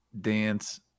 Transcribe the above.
dance